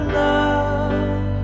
love